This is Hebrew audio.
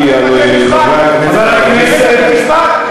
לבתי-משפט.